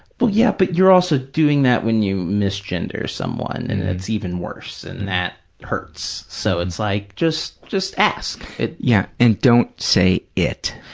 well, yeah, but you're also doing that when you mis-gender someone and it's even worse and that hurts. so it's like, just just ask. yeah. and don't say it.